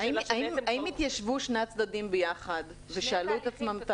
האם התיישבו שני הצדדים ביחד ושאלו את עצמם?